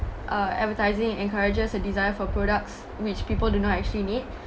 uh advertising encourages a desire for products which people do not actually need